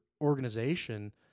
organization